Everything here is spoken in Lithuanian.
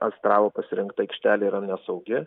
astravo pasirinkta aikštelė yra nesaugi